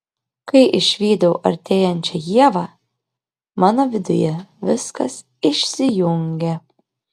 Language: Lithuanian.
kai išvydau artėjančią ievą mano viduje viskas išsijungė